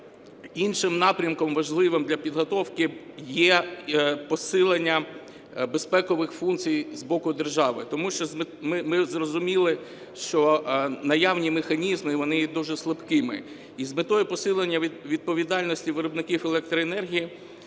іншим напрямком важливим для підготовки є посилення безпекових функцій з боку держави. Тому що ми зрозуміли, що наявні механізми, вони є дуже слабкими. І з метою посилення відповідальності виробників електроенергії